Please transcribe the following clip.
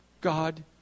God